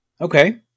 Okay